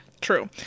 True